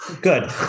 Good